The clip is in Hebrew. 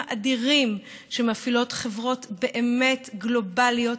האדירים שמפעילות חברות גלובליות,